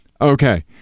Okay